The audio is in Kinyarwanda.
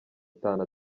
itanu